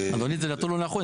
אדוני, זה נתון לא נכון.